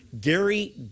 Gary